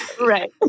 Right